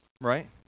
right